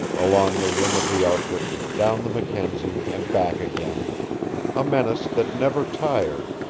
along the rim of the arctic, down the mackenzie, and back again a menace that never tired,